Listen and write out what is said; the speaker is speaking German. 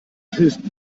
hilft